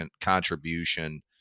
contribution